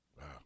Wow